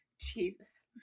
Jesus